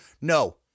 No